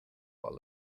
while